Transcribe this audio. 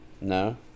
No